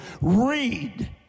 read